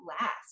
last